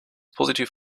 positiv